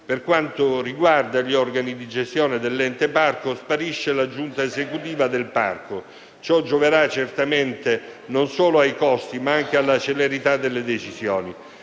Per quanto riguarda gli organi di gestione dell'Ente parco, sparisce la «giunta esecutiva» del parco. Ciò gioverà certamente non solo ai costi, ma anche alla celerità delle decisioni.